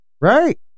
Right